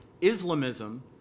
Islamism